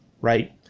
right